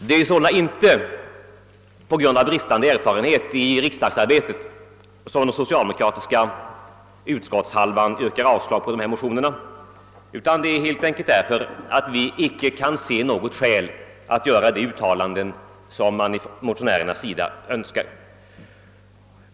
Det är således inte på grund av bristande erfarenhet av riksdagsarbetet som den socialdemokratiska utskottshälften yrkar avslag på dessa motioner, utan det är helt enkelt därför att vi icke kan se något skäl att göra de uttalanden som motionärerna önskar.